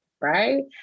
right